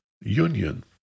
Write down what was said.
union